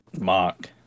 Mark